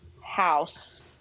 house